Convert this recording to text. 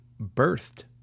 birthed